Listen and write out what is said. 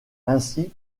ainsi